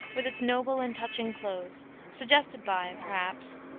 with its noble and touching close suggested by, perhaps,